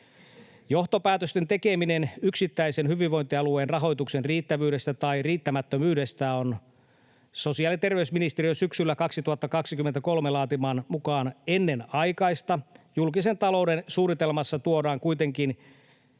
Johtopäätösten tekeminen yksittäisen hyvinvointialueen rahoituksen riittävyydestä tai riittämättömyydestä on sosiaali- ja terveysministeriön syksyllä 2023 laatiman selvityksen mukaan ennenaikaista. Julkisen talouden suunnitelmassa tuodaan kuitenkin